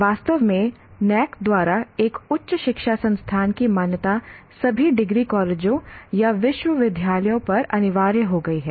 वास्तव में NAAC द्वारा एक उच्च शिक्षा संस्थान की मान्यता सभी डिग्री कॉलेजों या विश्वविद्यालयों पर अनिवार्य हो गई है